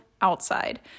outside